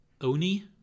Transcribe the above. oni